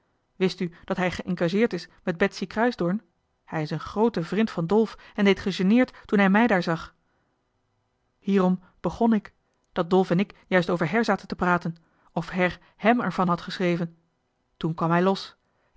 wist u dat hij geëngageerd is met betsie kruisdoorn hij is een grte vrind van dolf en deed gegêneerd toen hij mij daar zag hierom begn ik dat dolf en ik juist over her zaten te praten of her hèm er van had geschreven toen kwam hij los